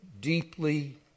deeply